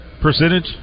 percentage